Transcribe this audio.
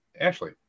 Ashley